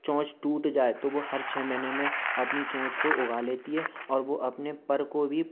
चोंच टूट जाए तो वो हर छ महीने में अपनी चोंच को उगा लेती है और वो अपने पर को भी